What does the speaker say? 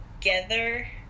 together